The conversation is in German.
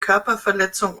körperverletzung